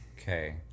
Okay